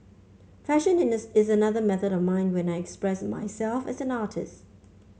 fashion is another method of mine when I express myself as an artist